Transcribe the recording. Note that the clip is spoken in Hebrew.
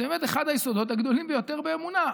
זה באמת אחד היסודות הגדולים ביותר באמונה,